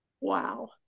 Wow